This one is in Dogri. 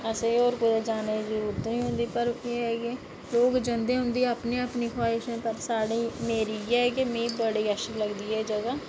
असेंगी होर कुदै जाने दी जरूरत निं होंदी पर एह् ऐ के लोक जंदे उंदी अपनी अपनी ख्वाहिश होंदी ते मेरी इयै की मिगी बड़ी अच्छी लगदी ऐ एह् जगह